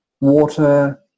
water